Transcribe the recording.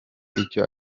icyo